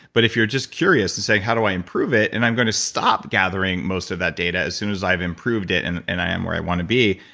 but if you're just curious and saying, how do i improve it? and i'm goin to stop gathering most of that data as soon as i've improved it, and and i am where i want to be.